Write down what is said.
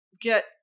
get –